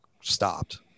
stopped